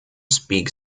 speak